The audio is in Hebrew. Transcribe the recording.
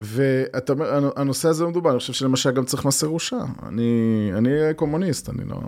והנושא הזה לא מדובר, אני חושב שלמשל צריך גם מס ירושה, אני קומוניסט, אני לא...